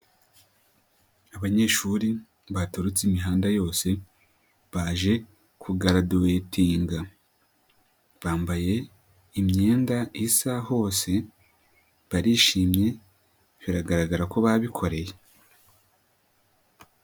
Abanyeshuri baturutse imihanda yose baje kugaraduwetinga, bambaye imyenda isa hose barishimye biragaragara ko babikoreye.